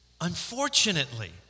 Unfortunately